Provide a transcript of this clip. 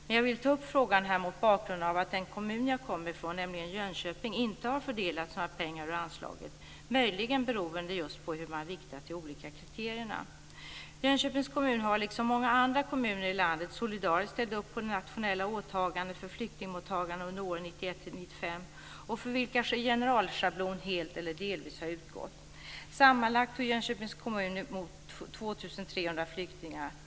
Men jag vill ta upp frågan här mot bakgrund av att den kommun jag kommer ifrån, nämligen Jönköping, inte har fördelats några pengar ur anslaget, möjligen beroende just på hur man viktat de olika kriterierna. Jönköpings kommun har, liksom många andra kommuner i landet, solidariskt ställt upp på det nationella åtagandet för flyktingmottagande under åren 1991-1995 och för vilka generalschablon helt eller delvis har utgått. Sammanlagt tog Jönköping emot 2 300 flyktingar.